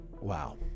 Wow